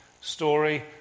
story